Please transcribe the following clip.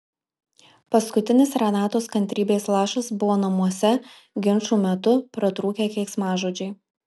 paskutinis renatos kantrybės lašas buvo namuose ginčų metu pratrūkę keiksmažodžiai